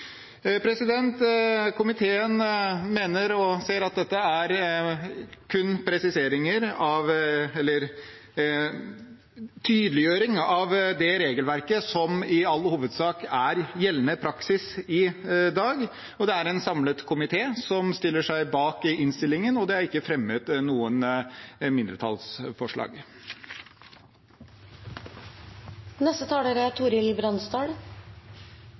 Komiteen mener og ser at dette kun er en tydeliggjøring av det regelverket som i all hovedsak er gjeldende praksis i dag, og det er en samlet komité som stiller seg bak innstillingen. Det er ikke fremmet noen mindretallsforslag. Denne proposisjonen innebærer i all hovedsak en tydeliggjøring i regelverket av det som er